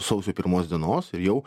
sausio pirmos dienos ir jau